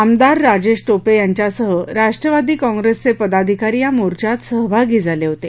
आमदार राजेश टोपे यांच्यासह राष्ट्रवादी काँप्रेसचे पदाधिकारी या मोर्चात सहभागी झाले होते